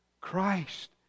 Christ